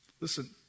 Listen